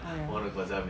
oh ya